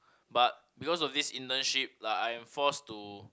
but because of this internship like I'm forced to